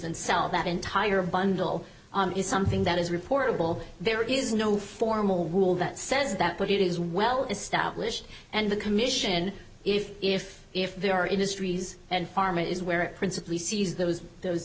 and sell that entire bundle is something that is reportable there is no formal rule that says that but it is well established and the commission if if if there are industries and pharma is where it principally sees those those